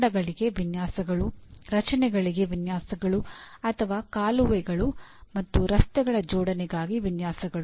ಕಟ್ಟಡಗಳಿಗೆ ವಿನ್ಯಾಸಗಳು ರಚನೆಗಳಿಗೆ ವಿನ್ಯಾಸಗಳು ಅಥವಾ ಕಾಲುವೆಗಳು ಮತ್ತು ರಸ್ತೆಗಳ ಜೋಡಣೆಗಾಗಿ ವಿನ್ಯಾಸಗಳು